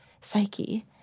psyche